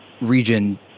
region